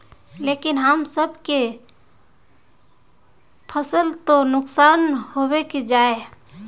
लेकिन हम सब के फ़सल तो नुकसान होबे ही जाय?